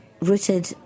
rooted